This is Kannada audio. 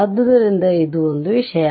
ಆದ್ದರಿಂದ ಇದು ಒಂದು ವಿಷಯ